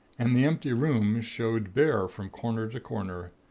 and the empty room showed bare from corner to corner.